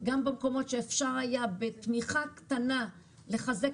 גם במקומות שאפשר היה בתמיכה קטנה לחזק